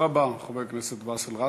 תודה רבה, חבר הכנסת באסל גטאס.